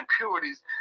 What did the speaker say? impurities